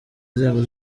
inzego